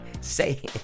Say